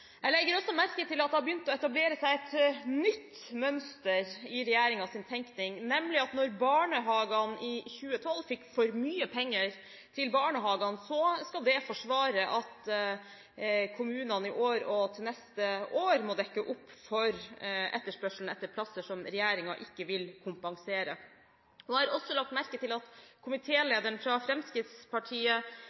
Jeg legger merke til at det har begynt å etablere seg et nytt mønster i regjeringens tenkning, nemlig at når kommunene i 2012 fikk for mye penger til barnehagene, skal det forsvare at kommunene i år og neste år må dekke opp for etterspørselen etter plasser som regjeringen ikke vil kompensere for. Jeg har også lagt merke til at komitélederen, fra Fremskrittspartiet,